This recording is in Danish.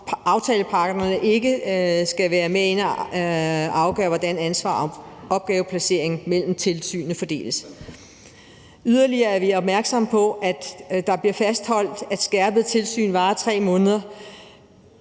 om aftaleparterne ikke skal være med inde at afgøre, hvordan ansvar og opgaveplacering mellem tilsynene fordeles. Yderligere er vi opmærksomme på, at det bliver fastholdt, at skærpet tilsyn varer 3 måneder.